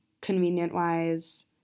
convenient-wise